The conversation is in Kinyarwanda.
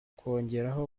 kongeraho